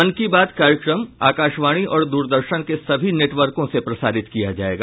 मन की बात कार्यक्रम आकाशवाणी और द्रदर्शन के सभी नेटवर्कों से प्रसारित किया जाएगा